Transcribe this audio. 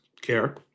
CARE